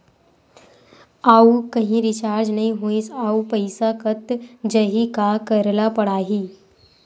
आऊ कहीं रिचार्ज नई होइस आऊ पईसा कत जहीं का करेला पढाही?